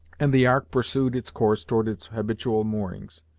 and the ark pursued its course towards its habitual moorings,